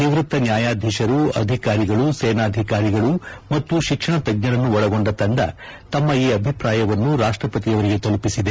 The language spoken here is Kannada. ನಿವೃತ್ತ ನ್ನಾಯಾಧೀಶರು ಅಧಿಕಾರಿಗಳು ಸೇನಾಧಿಕಾರಿಗಳು ಮತ್ತು ಶಿಕ್ಷಣ ತಜ್ಞರನ್ನು ಒಳಗೊಂಡ ತಂಡ ತಮ್ಮ ಈ ಅಭಿಪ್ರಾಯವನ್ನು ರಾಷ್ಟಪತಿಯವರಿಗೆ ತಲುಪಿಸಿದೆ